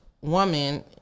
woman